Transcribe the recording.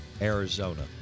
Arizona